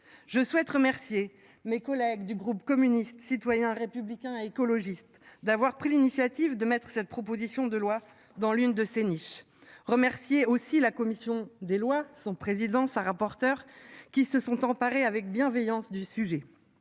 Je souhaite remercier mes collègues du groupe communiste citoyen républicain écologiste d'avoir pris l'initiative de mettre cette proposition de loi dans l'une de ses niches remercier aussi la commission des lois, son président ça rapporteur qui se sont emparés avec bienveillance du sujet